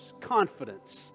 confidence